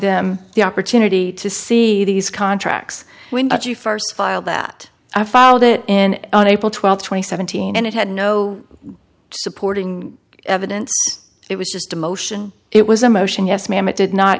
them the opportunity to see these contracts when the first file that i filed it in on april twelfth twenty seventeen and it had no supporting evidence it was just a motion it was a motion yes ma'am it did not